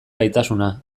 gaitasuna